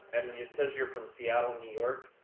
and it says you're from seattle, new york